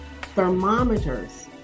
Thermometers